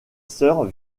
sœur